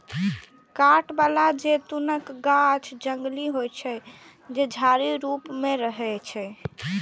कांट बला जैतूनक गाछ जंगली होइ छै, जे झाड़ी रूप मे रहै छै